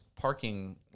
parking